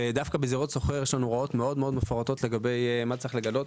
ודווקא בזירות סוחר יש לנו הוראות מאוד מפורטות לגבי מה צריך לגלות.